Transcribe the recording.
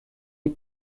est